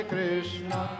Krishna